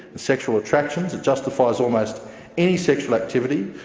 sexual attractions. it justifies almost any sexual activity,